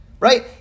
Right